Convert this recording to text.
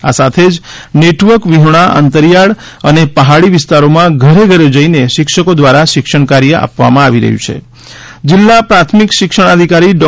આ સાથે જ નેટવર્ક વિહોણા અંતરિયાળ અને પહાડી વિસ્તારોમાં ઘરે ઘરે જઈને શિક્ષકો દ્વારા શિક્ષણકાર્ય આપવામાં આવી રહ્યું છે જિલ્લા પ્રાથમિક શિક્ષણાધિકારીશ્રી ડૉ